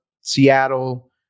Seattle